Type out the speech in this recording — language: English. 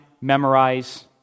Memorize